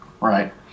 right